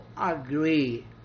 agree